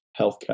healthcare